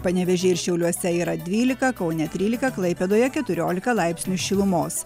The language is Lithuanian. panevėžyje ir šiauliuose yra dvylika kaune trylika klaipėdoje keturiolika laipsnių šilumos